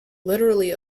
literally